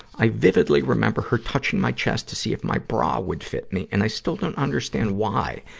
i vividly remember her touching my chest to see if my bra would fit me, and i still don't understand why.